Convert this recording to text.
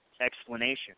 explanation